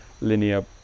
linear